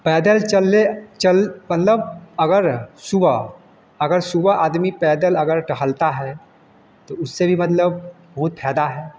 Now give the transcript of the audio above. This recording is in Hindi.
पैदल चलने चल मतलब अगर सुबह अगर सुबह आदमी पैदल अगर टहलता है तो उससे भी मतलब बहुत फ़ायदा है